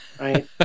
right